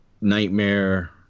Nightmare